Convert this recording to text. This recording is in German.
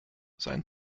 sein